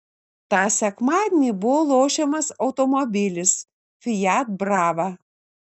tą sekmadienį buvo lošiamas automobilis fiat brava